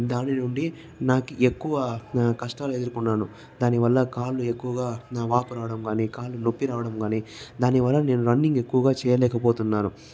దాని నుండి నాకు ఎక్కువ కష్టాలు ఎదుర్కొన్నాను దానివల్ల కాళ్ళు ఎక్కువగా వాపు రావడం కాని కాలు నొప్పి రావడం కాని దానివల్ల నేను రన్నింగ్ ఎక్కువగా చేయలేకపోతున్నాను